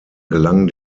gelang